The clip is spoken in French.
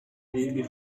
allée